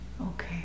Okay